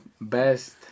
best